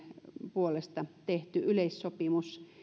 puolesta tehdyn yleissopimuksen